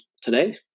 today